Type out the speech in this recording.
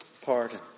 pardon